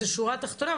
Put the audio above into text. לשורה התחתונה,